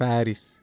Paris